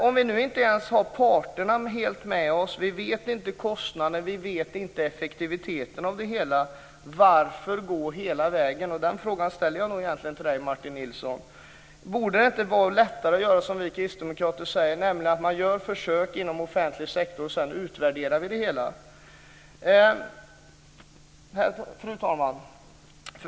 Om vi inte ens har parterna helt med oss, vi vet inte kostnaden, vi vet inte effektiviteten av det hela, varför gå hela vägen? Den frågan ställer jag till Martin Nilsson. Borde det inte vara lättare att göra som vi kristdemokrater säger, nämligen att göra försök inom offentlig sektor och sedan utvärdera? Fru talman!